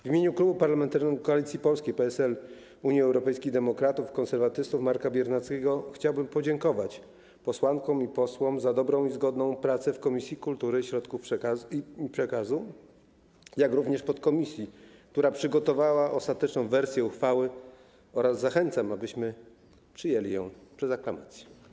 W imieniu Klubu Parlamentarnego Koalicja Polska - PSL, Unia Europejskich Demokratów, Konserwatyści, Marka Biernackiego chciałbym podziękować posłankom i posłom za dobrą i zgodną pracę w Komisji Kultury i Środków Przekazu, jak również w podkomisji, która przygotowała ostateczną wersję uchwały, oraz zachęcam, abyśmy przyjęli ją przez aklamację.